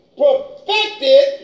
perfected